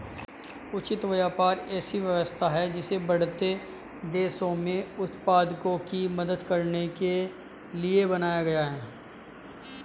उचित व्यापार ऐसी व्यवस्था है जिसे बढ़ते देशों में उत्पादकों की मदद करने के लिए बनाया गया है